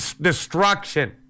destruction